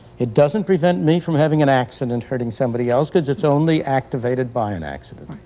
it doesn't prevent me from having an accident, hurting somebody else because it's only activated by an accident.